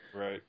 right